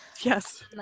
yes